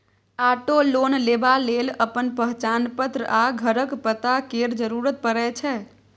auto loan लेबा लेल अपन पहचान पत्र आ घरक पता केर जरुरत परै छै